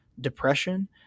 depression